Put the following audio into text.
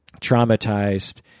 traumatized